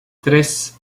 tres